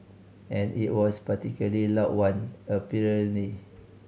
and it was particularly loud one apparently